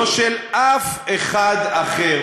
לא של אף אחד אחר.